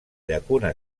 llacuna